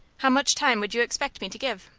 how much time would you expect me to give?